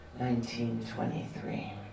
1923